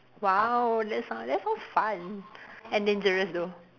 !wow! that sound that sounds fun and dangerous though